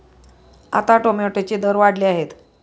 आता टोमॅटोचे दर वाढले आहेत